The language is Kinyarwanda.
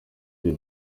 byo